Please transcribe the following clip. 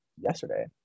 yesterday